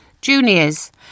Juniors